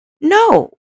No